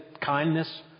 kindness